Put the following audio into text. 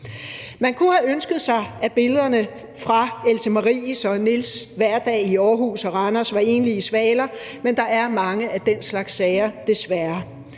Man kunne have ønsket sig, at billederne fra Else Maries og Niels' hverdag i Aarhus og Randers var enlige svaler, men der er mange af den slags sager, desværre.